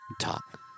talk